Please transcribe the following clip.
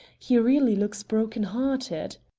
he really looks broken-hearted.